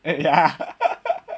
ya